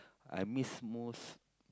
I miss most